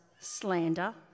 slander